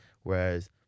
Whereas